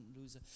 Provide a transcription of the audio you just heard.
lose